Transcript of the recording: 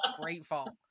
grateful